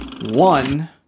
one